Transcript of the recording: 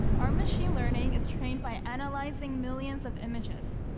our machine learning is trained by analyzing millions of images.